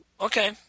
Okay